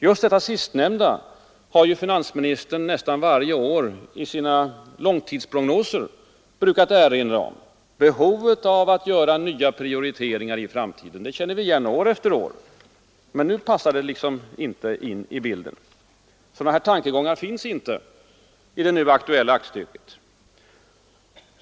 Just detta sistnämnda har ju finansministern nästan varje år i sina långtidsprognoser brukat erinra om — behovet av att göra nya prioriteringar i framtiden. Det känner vi igen — det har skett år efter år. Men nu passar det liksom inte in i bilden. Sådana här tankegångar återfinns inte i det nu aktuella aktstycket.